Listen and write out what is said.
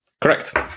Correct